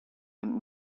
and